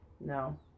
No